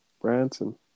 Branson